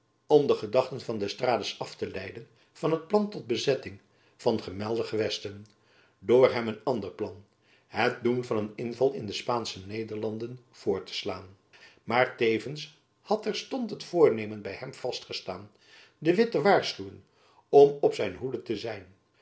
de gedachten van d'estrades af te leiden van het plan tot bezetting van gemelde gewesten door hem een ander plan het doen van een inval in de spaansche nederlanden voor te slaan maar tevens had terstond het voornemen by hem vast gestaan de witt te waarschuwen om op zijn hoede te zijn